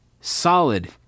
solid